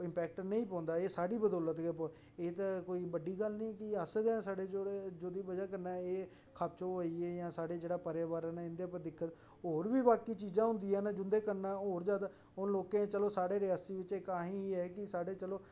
impact नेई पौंदा साढ़ी बदौलत गै ऐ ते बड़ी गल्ल नेईं कि अस साढ़े जेह्दी बजह कन्नै एह् खपत होआ दी ऐ जां साढ़ां जेहड़ा पर्यावरण ऐ और बी बाकी चीजा होदियां ना जिन्दे कन्नै और ज्यादा लोकें गी चलो साढ़े रियासी बिचा इक एह् ऐ कि साढ़े चलो